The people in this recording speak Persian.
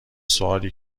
سوالی